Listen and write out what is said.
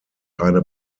eine